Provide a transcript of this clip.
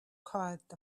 caused